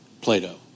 Plato